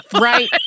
Right